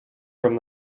from